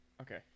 Okay